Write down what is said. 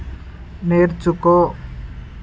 నేర్చుకో